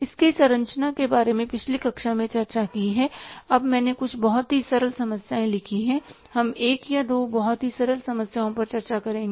इसकी संरचना के बारे मैं पिछली कक्षा में चर्चा की है अब मैंने कुछ बहुत ही सरल समस्याएं लिखी हैं हम एक या दो बहुत ही सरल समस्याओं पर चर्चा करेंगे